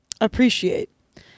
appreciate